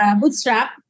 bootstrap